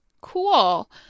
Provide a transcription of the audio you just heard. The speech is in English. cool